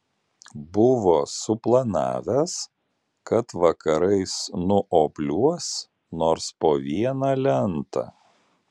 buvo suplanavęs kad vakarais nuobliuos nors po vieną lentą